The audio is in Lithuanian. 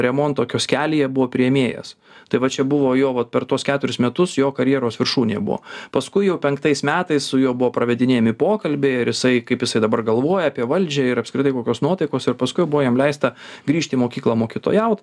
remonto kioskelyje buvo priėmėjas tai va čia buvo jo vat per tuos keturis metus jo karjeros viršūnė buvo paskui jau penktais metais su juo buvo pravedinėjami pokalbiai ar jisai kaip jisai dabar galvoja apie valdžią ir apskritai kokios nuotaikos ir paskui jau buvo jam leista grįžt į mokyklą mokytojaut